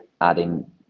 adding